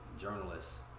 journalists